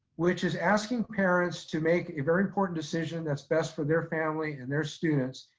which is asking parents to make a very important decision that's best for their family and their students.